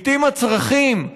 לעיתים הצרכים,